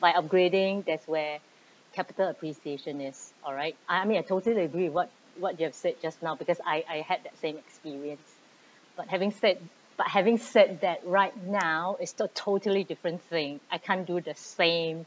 by upgrading that's where capital appreciation is alright I mean I totally agree what what you have said just now because I I had that same experience but having said but having said that right now it's still a totally different thing I can't do the same